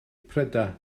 prydau